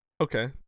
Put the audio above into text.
Okay